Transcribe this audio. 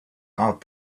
out